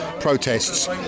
protests